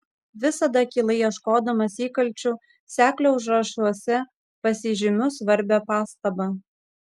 visada akylai ieškodamas įkalčių seklio užrašuose pasižymiu svarbią pastabą